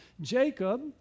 Jacob